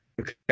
okay